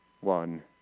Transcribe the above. one